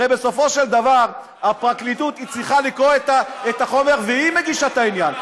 הרי בסופו של דבר הפרקליטות צריכה לקרוא את החומר והיא מגישה את העניין.